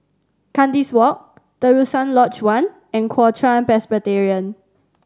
Kandis Walk Terusan Lodge One and Kuo Chuan Presbyterian